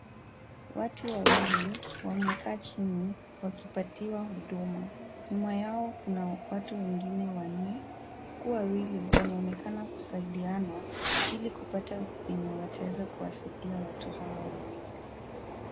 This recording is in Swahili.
Watu wawili wamekaa chini wakipatiwa huduma. Nyuma yao kuna watu wengine wanne, huku wawili wanaonekana kusaidiana ili kupata wenye wataweza wasaidia watu hawa wawili.